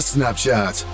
Snapchat